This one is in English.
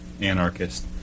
anarchist